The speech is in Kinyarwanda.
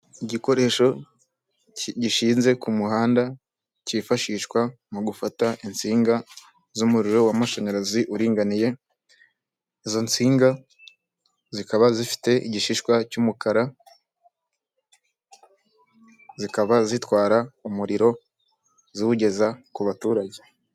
Igikoresho gishinze ku muhanda cyifashishwa mu gufata insinga z'umuriro w'amashanyarazi uringaniye, izo nsinga zikaba zifite igishishwa cy'umukara zikaba zitwara umuriro ziwugeza ku baturage.